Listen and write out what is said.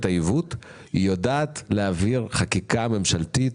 העיוות היא יודעת להעביר חקיקה ממשלתית